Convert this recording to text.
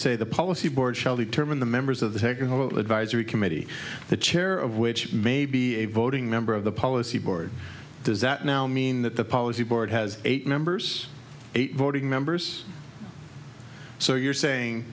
say the policy board shall determine the members of the technical advisory committee the chair of which may be a voting member of the policy board does that now mean that the policy board has eight members voting members so you're saying